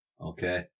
okay